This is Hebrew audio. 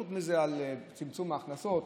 חוץ מצמצום ההכנסות.